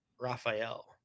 Raphael